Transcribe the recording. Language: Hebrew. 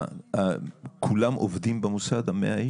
כולם עובדים במוסד, ה-100 איש?